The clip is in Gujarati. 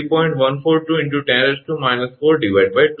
તેથી તે 𝑇 422 × 105 × 3